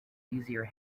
easier